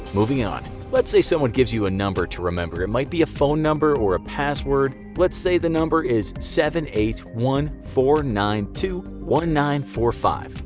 moving on. let's say someone gives you a number to remember. it might be a phone number or a password. let's say the number is seven eight one four nine two one nine four five.